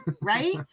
right